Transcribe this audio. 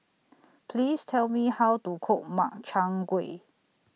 Please Tell Me How to Cook Makchang Gui